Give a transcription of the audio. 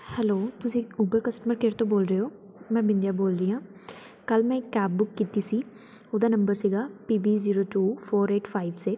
hello ਤੁਸੀਂ Google customer care ਤੋਂ ਬੋਲ ਰਹੇ ਹੋ ਮੈਂ ਬਿੰਦੀਆਂ ਬੋਲ ਰਹੀ ਹਾਂ ਕੱਲ੍ਹ ਮੈਂ ਇੱਕ ਕੈਬ ਬੁੱਕ ਕੀਤੀ ਸੀ ਉਹਦਾ ਨੰਬਰ ਸੀਗਾ P B zero two four eight five six